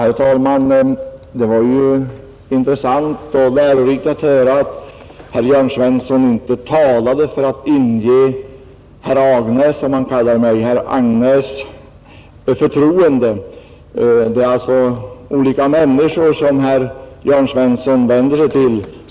Herr talman! Det var ju intressant och lärorikt att höra att herr Jörn Svensson inte talade för att inge herr Agnäs, som han kallar mig, förtroende. Det är alltså olika människor som herr Jörn Svensson vänder sig till.